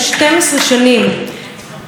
דובר רבות באותו סיפור,